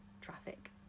traffic